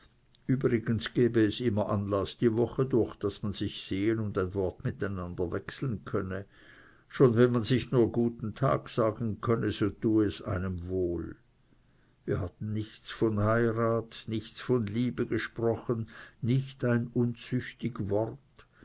übrigens gebe es immer anlaß die woche durch daß man sich sehen und ein wort miteinander wechseln könne schon wenn man sich nur guten tag sagen könne tue es einem wohl wir hatten nichts von heirat nichts von liebe gesprochen nicht ein unzüchtig wort